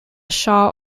shaw